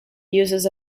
uses